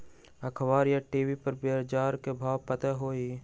अखबार या टी.वी पर बजार के भाव पता होई?